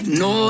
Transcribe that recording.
no